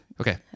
Okay